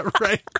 Right